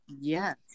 Yes